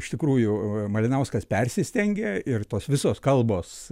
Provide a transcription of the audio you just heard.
iš tikrųjų malinauskas persistengė ir tos visos kalbos